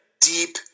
deep